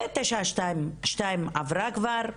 ו-922 עברה כבר,